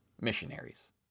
missionaries